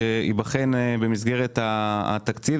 ייבחן במסגרת התקציב.